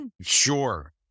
sure